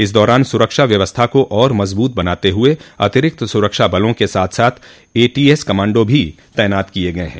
इस दौरान सुरक्षा व्यवस्था को और मज़बूत बनाते हुए अतिरिक्त सुरक्षा बलों के साथ साथ एटीएस कमांडो भी तैनात किये गये हैं